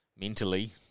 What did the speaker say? Mentally